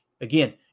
Again